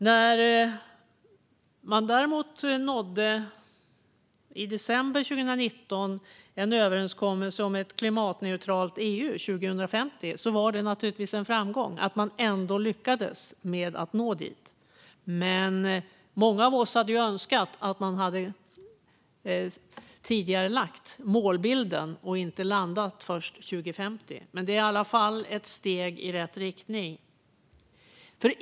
När man i december 2019 däremot nådde en överenskommelse om ett klimatneutralt EU 2050 var det naturligtvis en framgång genom att man ändå lyckades nå detta. Men många av oss hade önskat att man hade tidigarelagt målbilden och inte landat först 2050. Det är dock ett steg i rätt riktning.